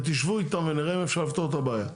ותשבו איתם, נראה אם אפשר לפתור את הבעיה.